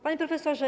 Panie Profesorze!